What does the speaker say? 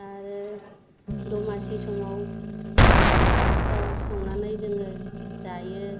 आरो दमासि समाव फिथा सिथाव संनानै जोङो जायो